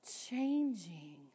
changing